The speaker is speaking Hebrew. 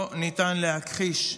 לא ניתן להכחיש,